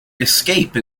escape